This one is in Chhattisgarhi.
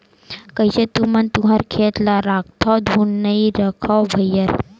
कइसे तुमन तुँहर खेत ल राखथँव धुन नइ रखव भइर?